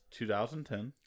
2010